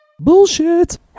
bullshit